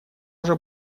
уже